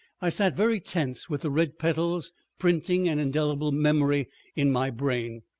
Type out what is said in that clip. i sat very tense with the red petals printing an indelible memory in my brain,